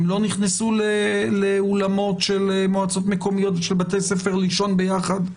הם לא נכנסו לאולמות של מועצות מקומיות ושל בתי ספר לישון ביחד?